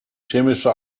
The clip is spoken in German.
chemische